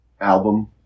album